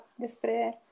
despre